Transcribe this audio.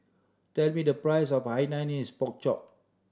tell me the price of Hainanese Pork Chop